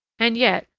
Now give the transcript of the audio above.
and yet,